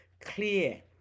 clear